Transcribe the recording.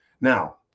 Now